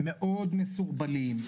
מאוד מסורבלים,